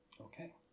Okay